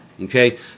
Okay